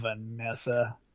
Vanessa